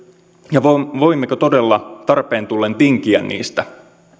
ja voimmeko todella tarpeen tullen tinkiä niistä